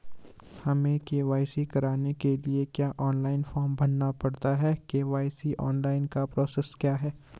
हमें के.वाई.सी कराने के लिए क्या ऑनलाइन फॉर्म भरना पड़ता है के.वाई.सी ऑनलाइन का प्रोसेस क्या है?